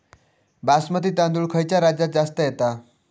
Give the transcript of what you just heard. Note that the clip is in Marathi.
बासमती तांदूळ खयच्या राज्यात जास्त येता?